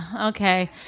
okay